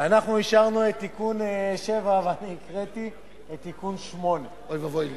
אישרנו את תיקון 7 וקראתי את תיקון 8. אוי ואבוי לי.